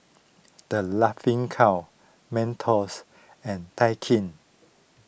the Laughing Cow Mentos and Daikin